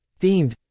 Themed